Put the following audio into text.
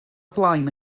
flaen